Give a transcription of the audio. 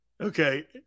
Okay